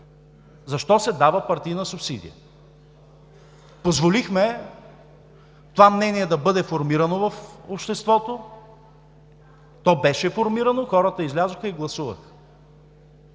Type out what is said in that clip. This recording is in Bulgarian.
защо се дава партийна субсидия. Позволихме това мнение да бъде формирано в обществото, то беше формирано – хората излязоха и гласуваха.